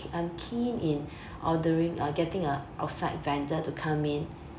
um keen in ordering uh getting a outside vendor to come in